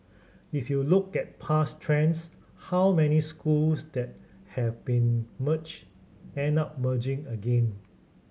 if you look at past trends how many schools that have been merged end up merging again